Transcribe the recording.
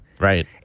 Right